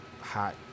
hot